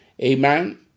Amen